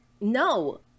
No